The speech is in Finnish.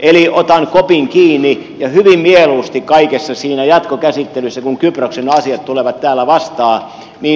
eli otan kopin kiinni ja hyvin mieluusti kaikessa siinä jatkokäsittelyssä kun kyproksen asiat tulevat täällä vastaan